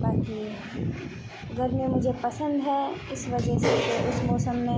باقی گرمی مجھے پسند ہے اس وجہ سے اس موسم میں